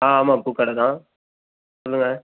ஆ ஆமாம் பூக்கடை தான் சொல்லுங்கள்